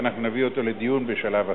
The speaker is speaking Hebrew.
ואנחנו נביא אותו לדיון בשלב אחר.